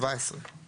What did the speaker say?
עמוד 17,